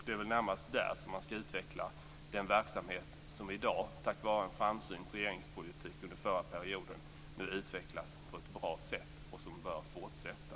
Det är väl närmast där man skall utveckla den verksamhet som i dag, tack vare en framsynt regeringspolitik under förra perioden, utvecklas på ett bra sätt och som bör fortsätta.